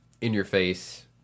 in-your-face